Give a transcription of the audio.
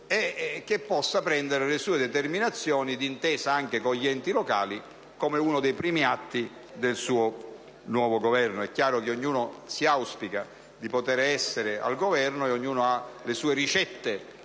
che possa prendere le sue determinazioni, d'intesa anche con gli enti locali, come uno dei suoi primi atti. È chiaro che ognuno auspica di poter essere al Governo e ognuno ha le sue ricette